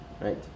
right